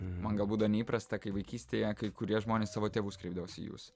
man galbūt dar neįprasta kai vaikystėje kai kurie žmonės į savo tėvus kreipdavosi jūs